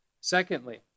Secondly